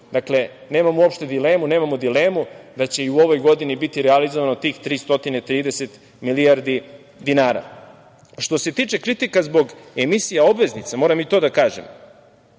Dakle, nemamo uopšte dilemo, nemamo dilemu da će i u ovoj godini biti realizovano tih 330 milijardi dinara. Što se tiče kritika zbog emisija obveznica, moram i to da kažem.